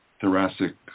thoracic